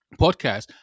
podcast